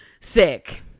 Sick